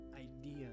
idea